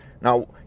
Now